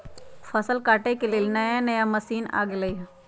फसल काटे के लेल नया नया मशीन आ गेलई ह